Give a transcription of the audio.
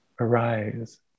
arise